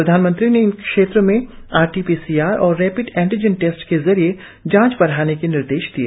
प्रधानमंत्री ने इन क्षेत्रों ने आरटी पीसीआर और रेपिड एंटीजन टेस्ट के जरिये जांच बढ़ाने के निर्देश दिए